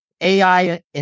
AI